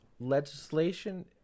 Legislation